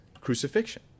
crucifixion